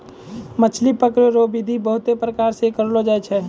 मछली पकड़ै रो बिधि बहुते प्रकार से करलो जाय छै